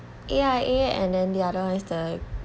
A_I_A and then the other one is the